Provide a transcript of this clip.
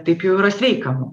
taip jau yra sveika mum